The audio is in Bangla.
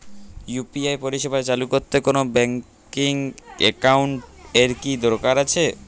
ইউ.পি.আই পরিষেবা চালু করতে কোন ব্যকিং একাউন্ট এর কি দরকার আছে?